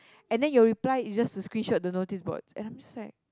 and then your reply is just to screenshot the notice boards and I'm just like